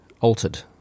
altered